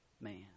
man